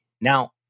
Now